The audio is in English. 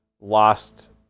lost